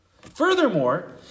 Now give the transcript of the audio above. Furthermore